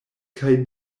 kaj